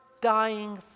dying